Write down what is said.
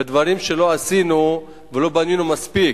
ודברים שלא עשינו ולא בנינו מספיק,